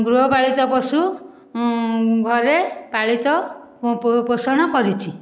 ଗୃହପାଳିତ ପଶୁ ଘରେ ପାଳିତ ପୋଷଣ କରିଛି